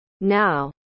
Now